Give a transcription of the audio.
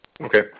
Okay